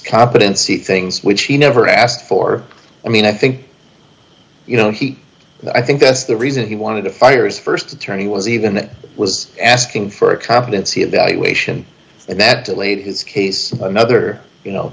competency things which he never asked for i mean i think you know he i think that's the reason he wanted to fire his st attorney was even that was asking for a competency evaluation and that laid his case another you know